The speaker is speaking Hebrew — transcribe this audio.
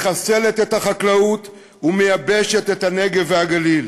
מחסלת את החקלאות ומייבשת את הנגב והגליל.